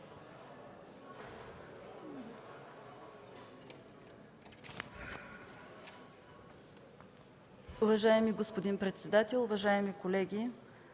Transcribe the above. Уважаеми господин председател, уважаеми колеги!